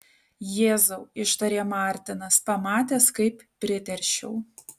jėzau ištarė martinas pamatęs kaip priteršiau